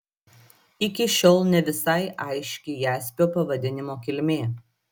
iki šiol ne visai aiški jaspio pavadinimo kilmė